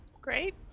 Great